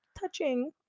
touching